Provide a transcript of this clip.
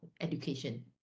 education